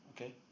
okay